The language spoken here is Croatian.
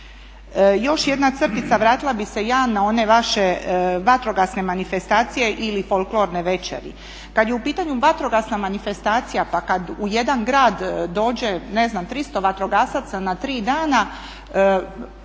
Još jedna crtica, vratila bih se ja na one vaše vatrogasne manifestacije ili folklorne večeri. Kad je u pitanju vatrogasna manifestacija pa kad u jedan grad dođe 300 vatrogasaca na 3 dana